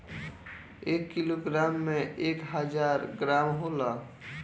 एक किलोग्राम में एक हजार ग्राम होला